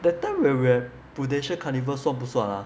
that time when we were at Prudential carnival 算不算 ah